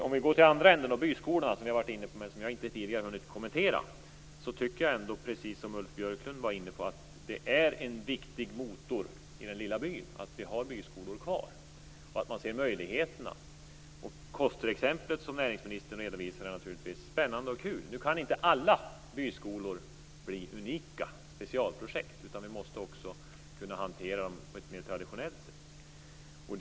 Om vi går till den andra änden, dvs. byskolorna, som vi har varit inne på men som jag inte tidigare har hunnit kommentera tycker jag precis som Ulf Björklund att byskolan är en viktig motor i den lilla byn. Man måste se möjligheterna. Kosterexemplet som näringsministern redovisade är naturligtvis spännande och kul. Men alla byskolor kan ju inte bli unika specialprojekt, utan vi måste också kunna hantera dem på ett mer traditionellt sätt.